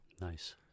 Nice